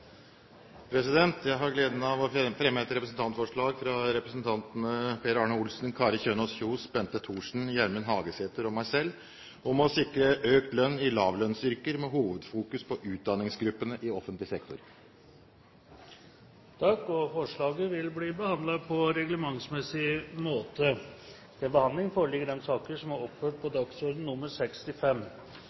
representantforslag. Jeg har gleden av å fremme et representantforslag fra representantene Per Arne Olsen, Kari Kjønaas Kjos, Bente Thorsen, Gjermund Hagesæter og meg selv om å sikre økt lønn i lavlønnsyrker med hovedfokus på utdanningsgruppene i offentlig sektor. Forslaget vil bli behandlet på reglementsmessig måte. Etter ønske fra kommunal- og forvaltningskomiteen vil presidenten foreslå at taletiden begrenses til